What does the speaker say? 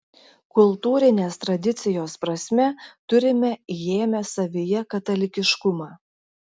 kultūrinės tradicijos prasme turime įėmę savyje katalikiškumą